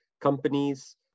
companies